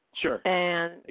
Sure